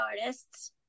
artists